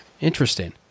Interesting